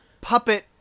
puppet